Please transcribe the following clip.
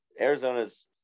Arizona's